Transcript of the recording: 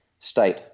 state